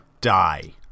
die